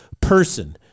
person